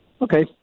Okay